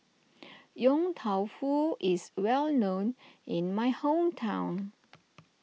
Yong Tau Foo is well known in my hometown